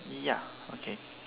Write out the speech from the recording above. ya okay